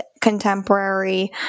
contemporary